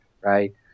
Right